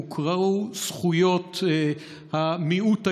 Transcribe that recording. הוכרו זכויות המיעוט היהודי,